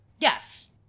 yes